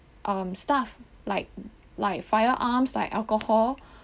um stuff like like firearms like alcohol